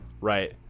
right